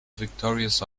victorious